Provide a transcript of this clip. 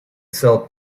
sell